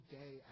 day